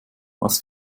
was